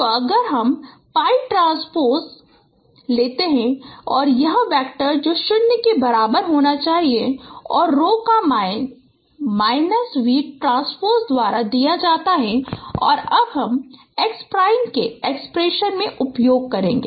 तो अगर हम पाई ट्रांसपोज़ x रो लेते हैं यह वेक्टर जो 0 के बराबर होना चाहिए और रो का मान माइनस v ट्रांसपोज़ x द्वारा दिया जाता है और अब हम x प्राइम के एक्सप्रेशन में उपयोग करेंगे